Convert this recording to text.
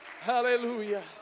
Hallelujah